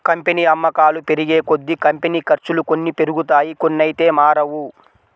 company అమ్మకాలు పెరిగేకొద్దీ, company ఖర్చులు కొన్ని పెరుగుతాయి కొన్నైతే మారవు